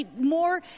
more